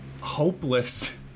hopeless